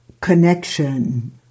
connection